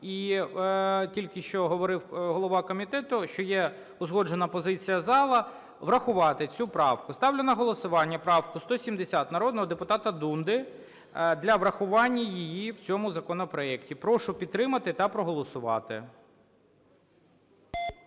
І тільки що говорив голова комітету, що є узгоджена позиція залу врахувати цю правку. Ставлю на голосування правку 170 народного депутата Дунди для врахування її в цьому законопроекті. Прошу підтримати та проголосувати.